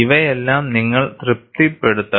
ഇവയെല്ലാം നിങ്ങൾ തൃപ്തിപ്പെടുത്തണം